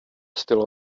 still